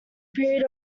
period